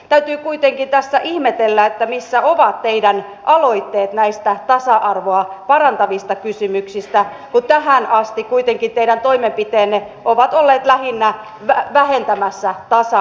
täytyy kuitenkin tässä ihmetellä missä ovat teidän aloitteenne näistä tasa arvoa parantavista kysymyksistä kun tähän asti kuitenkin teidän toimenpiteenne ovat olleet lähinnä vähentämässä tasa arvoa